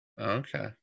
Okay